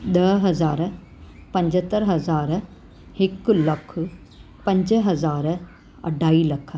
ॾह हज़ार पंजहतरि हज़ार हिक लख पंज हज़ार अढाई लख